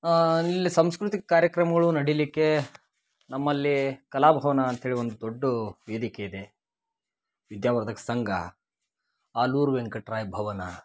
ಇಲ್ಲಿ ಸಾಂಸ್ಕೃತಿಕ ಕಾರ್ಯಕ್ರಮಗಳು ನಡಿಲಿಕ್ಕೆ ನಮ್ಮಲ್ಲಿ ಕಲಾಭವನ ಅಂತ್ಹೇಳಿ ಒಂದು ದೊಡ್ಡ ವೇದಿಕೆ ಇದೆ ವಿದ್ಯಾವರ್ಧಕ ಸಂಘ ಆಲೂರು ವೆಂಕಟ್ರಾಯ ಭವನ